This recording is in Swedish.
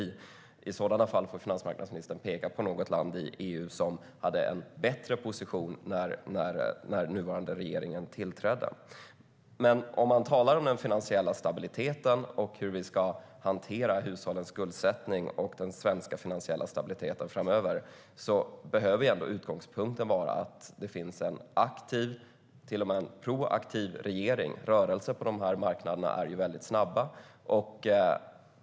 I sådana fall får finansmarknadsministern peka på något land i EU som hade en bättre position när den nuvarande regeringen tillträdde. När vi talar om den finansiella stabiliteten, hur vi ska hantera hushållens skuldsättning och den svenska finansiella stabiliteten framöver behöver utgångspunkten ändå vara att det finns en aktiv - till och med proaktiv - regering. Rörelserna på dessa marknader är ju väldigt snabba.